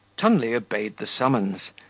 tunley obeyed the summons,